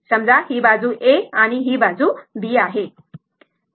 समजा ही बाजू A आणि ही बाजू B आहे